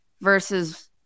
versus